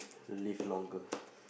live longer